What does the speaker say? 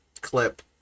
clip